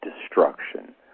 destruction